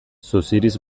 suziriz